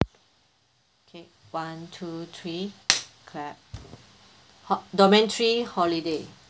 okay one two three clap ho~ domain three holiday